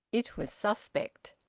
it was suspect.